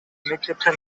мектептен